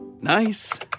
Nice